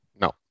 No